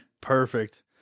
Perfect